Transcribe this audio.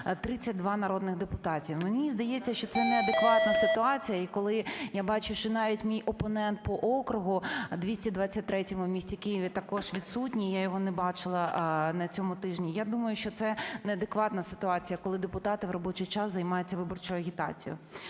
32 народних депутатів. Мені здається, що це неадекватна ситуація. І коли я бачу, що навіть мій опонент по округу 223-му в місті Києві також відсутній, я його не бачила на цьому тижні. Я думаю, що це неадекватна ситуація, коли депутати в робочий час займаються виборчою агітацією.